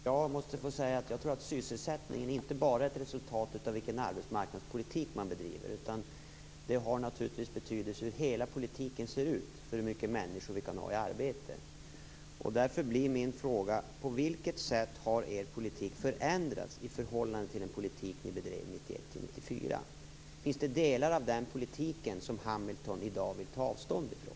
Fru talman! Jag tror att sysselsättningen inte bara är ett resultat av vilken arbetsmarknadspolitik man bedriver, utan hur hela politiken ser ut är naturligtvis av betydelse för hur mycket människor vi kan ha i arbete. Därför blir min fråga: På vilket sätt har er politik förändrats i förhållande till den politik ni bedrev 1991-1994? Finns det delar av den politiken som Hamilton i dag vill ta avstånd från?